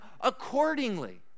accordingly